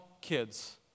kids